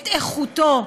את איכותו,